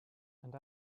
and